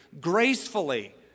gracefully